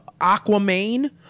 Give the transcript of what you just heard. Aquaman